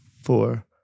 four